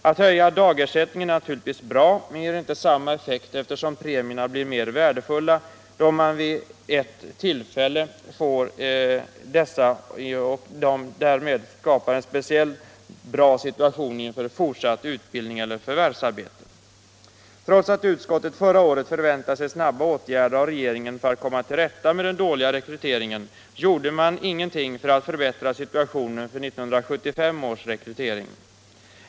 Att höja dagsersältningen är naturligtvis bra men ger inte samma effekt, eftersom premierna blir mer värdefulla då man får dem vid ett tillfälle och därmed skapar en speciellt bra situation inför fortsatt utbildning eller förvärvsarbete. Trots att utskottet förra året förväntade sig snabba åtgärder från regeringen för att komma till rätta med den dåliga rekryteringen, gjorde regeringen inget för att förbättra situationen för 1975 års rekrytering.